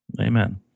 Amen